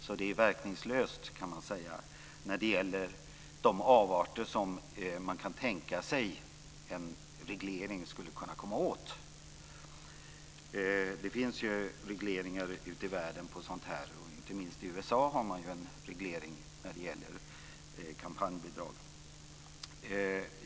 Så detta är verkningslöst i fråga om de avarter som man kan tänka sig att man skulle kunna komma åt med en reglering. Det finns ju regleringar ute i världen för sådant här. Inte minst i USA finns det en reglering när det gäller kampanjbidrag.